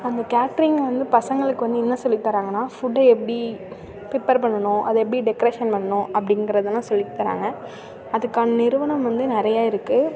அந்த கேட்ரிங் வந்து பசங்களுக்கு வந்து என்ன சொல்லித்தராங்கனா ஃபுட்டை எப்படி ப்ரிப்பேர் பண்ணணும் அதை எப்படி டெக்ரேஷன் பண்ணும் அப்படிங்கிறதெல்லாம் சொல்லித்தராங்க அதுக்கான நிறுவனம் வந்து நிறையா இருக்குது